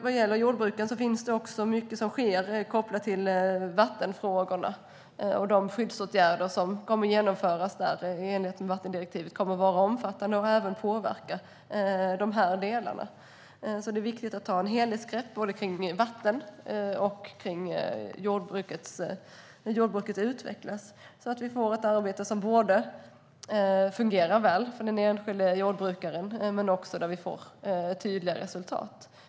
Vad gäller jordbruket finns det också mycket som sker kopplat till vattenfrågorna. De skyddsåtgärder som kommer att genomföras i enlighet med vattendirektivet kommer att vara omfattande och påverka även de här delarna. Det är viktigt att ta ett helhetsgrepp om både vattenfrågorna och hur jordbruket utvecklas så att vi får ett arbete som fungerar väl för den enskilde jordbrukaren men också ger tydliga resultat.